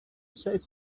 said